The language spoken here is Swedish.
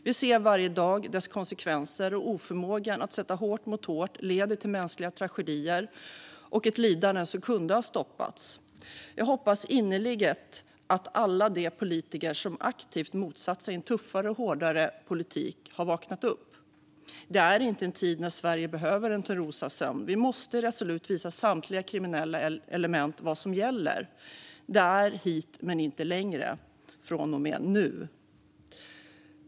Vi ser varje dag dess konsekvenser, och oförmågan att sätta hårt mot hårt leder till mänskliga tragedier och ett lidande som kunde ha stoppats. Jag hoppas innerligt att alla de politiker som aktivt motsatt sig en tuffare och hårdare politik har vaknat upp. Detta är inte en tid när Sverige behöver en Törnrosasömn. Vi måste resolut visa samtliga kriminella element vad som gäller. Det är hit men inte längre från och med nu.